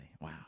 wow